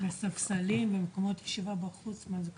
וספסלים ומקומות ישיבה בחוץ, זה כלול?